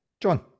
John